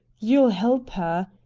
you'll help her.